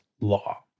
law